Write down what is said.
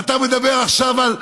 ואתה מדבר עכשיו על,